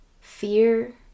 fear